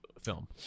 film